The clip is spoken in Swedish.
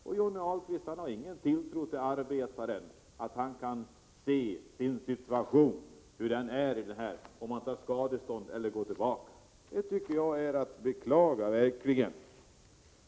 Men Johnny Ahlqvist har ingen tilltro till att arbetaren kan se hur hans situation är, om han vill ta ett skadestånd eller gå tillbaka. Det tycker jag verkligen är att beklaga.